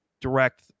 direct